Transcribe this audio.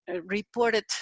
reported